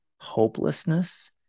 hopelessness